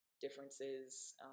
differences